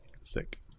Sick